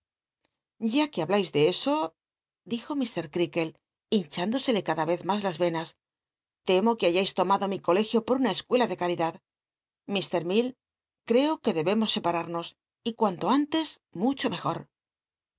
ya que hablais de eso dijo creakle hinchándose cada vez mas las venas temo que hayais lomado mi colegio por una esencia de c ll'idad mc llfcll cceo que debemos scp uantos y cuanto antes mucho mcjoc